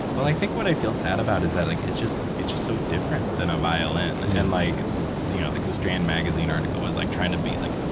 well, i think what i feel sad about is that like it's just it's just so different than a violin, and you know like the strand magazine article was like trying to be like,